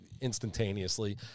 instantaneously